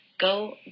go